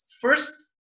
First